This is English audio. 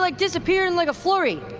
like disappeared in like a flurry.